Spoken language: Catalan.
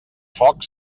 foc